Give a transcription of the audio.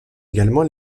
également